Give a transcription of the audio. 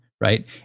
right